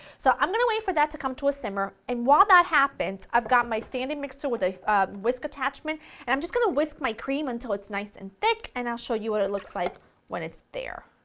so i'm going to wait for that to come to a simmer and while that happens, i've got my standing mixer with a whisk attachment and i'm just going to whisk my cream until it's nice and thick and i'll show you what it looks like when it's there.